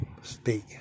speak